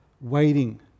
Waiting